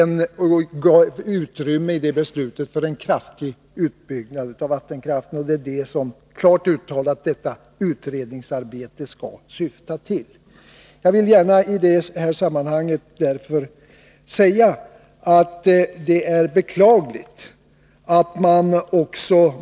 I beslutet gavs utrymme för en kraftig utbyggnad av vattenkraften. Det har klart uttalats att det är detta utredningsarbetet skall syfta till. Jag vill i detta sammanhang gärna säga följande.